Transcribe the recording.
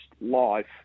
life